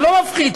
(מחיאות